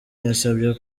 yasabye